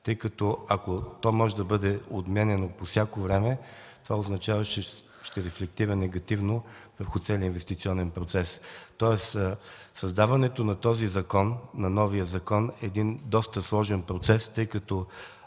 тъй като, ако то може да бъде отменяно във всяко време, това означава, че ще рефлектира негативно върху целия инвестиционен процес. Създаването на новия закон е един доста сложен процес, тъй като